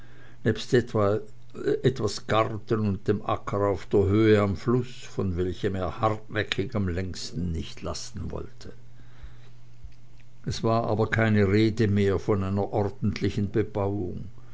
nebst etwas garten und dem acker auf der höhe am flusse von welchem er hartnäckig am längsten nicht lassen wollte es war aber keine rede mehr von einer ordentlichen bebauung